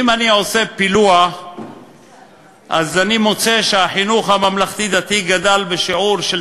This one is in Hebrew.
אם אני עושה פילוח אז אני מוצא שהחינוך הממלכתי-דתי גדל בשיעור של